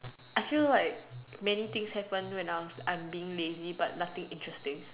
I feel like many things happen when I was I'm being lazy but nothing interesting